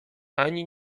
ani